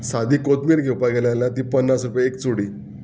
सादी कोथमीर घेवपाक गेले जाल्यार ती पन्नास रुपया एक चुडी